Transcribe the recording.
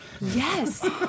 Yes